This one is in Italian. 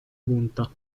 punta